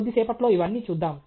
కొద్దిసేపట్లో ఇవన్నీ చూద్దాం